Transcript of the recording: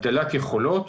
הגדלת יכולות,